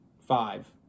five